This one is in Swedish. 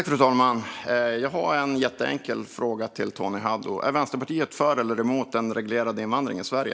Fru talman! Jag har en jätteenkel fråga till Tony Haddou. Är Vänsterpartiet för eller mot en reglerad invandring i Sverige?